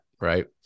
right